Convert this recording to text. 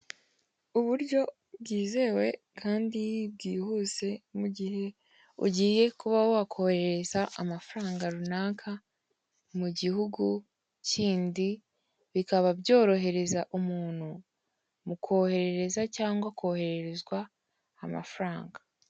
Uburyo bwizewe kandi bwihuse, mugihe ugiye kuba wakohereza amafaranga runaka, mu gihugu kindi, bikaba byorohereza umuntu, mu koherereza cyangwa kohererezwa amafaranga.